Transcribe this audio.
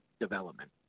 development